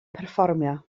perfformio